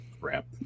crap